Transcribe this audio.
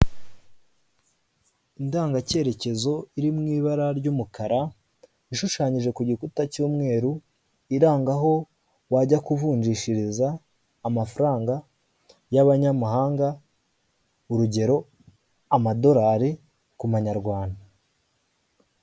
Indangacyerekezo iri mu ibara ry'umukara ishushanyije ku gikuta cy'umweru iranga aho bajya kuvunjishiriza amafaranga y'abanyamahanga urugero amadolari ku manyarwanda.